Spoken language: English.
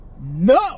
no